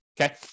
Okay